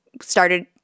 started